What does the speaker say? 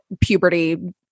puberty